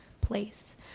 place